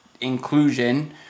inclusion